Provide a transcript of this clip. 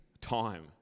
time